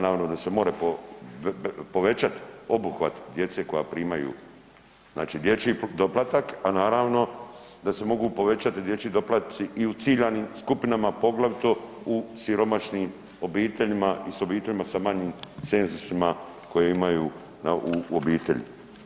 Naravno da se more povećati obuhvat djece koja primaju znači dječji doplatak, a naravno da se mogu povećati dječji doplatci i u ciljanim skupinama poglavito u siromašnim obiteljima i obiteljima sa manjim cenzusima koji imaju u obitelji.